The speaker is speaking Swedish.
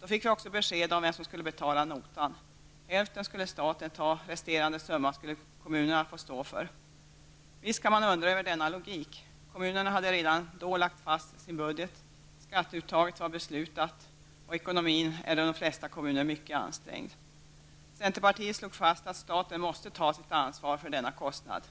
Då fick vi också besked om vem som skulle betala notan. Hälften skulle staten ta hand om, resterande summa skulle kommunerna få stå för. Visst kan man undra över denna logik. Kommunerna hade redan då lagt fast sin budget och skatteuttaget var beslutat. Ekonomin är i de flesta kommuner mycket ansträngd. Centerpartiet slog fast att staten måste ta sitt ansvar för denna kostnad.